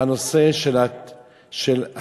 הנושא של ההורים,